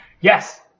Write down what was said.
yes